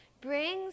brings